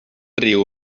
riu